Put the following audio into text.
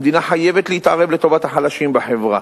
המדינה חייבת להתערב לטובת החלשים בחברה.